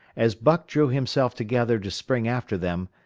as buck drew himself together to spring after them,